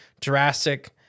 Jurassic